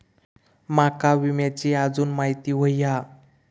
माका विम्याची आजून माहिती व्हयी हा?